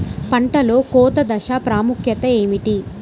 పంటలో కోత దశ ప్రాముఖ్యత ఏమిటి?